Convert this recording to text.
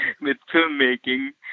filmmaking